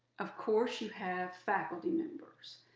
of course, you have faculty members.